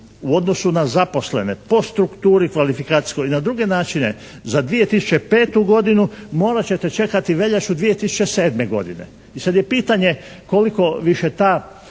u odnosu na zaposlene po strukturi, kvalifikacijskoj i na druge načine za 2005. godinu morat ćete čekati veljaču 2007. godine. I sad je pitanje koliko više ta